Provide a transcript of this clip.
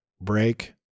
break